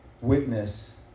witness